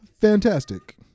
fantastic